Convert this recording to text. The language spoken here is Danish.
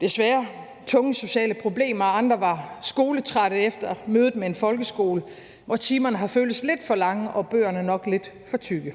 med, og der er tunge sociale problemer. Andre var skoletrætte efter mødet med en folkeskole, hvor timerne har føltes lidt for lange og bøgerne nok lidt for tykke,